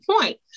point